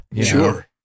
sure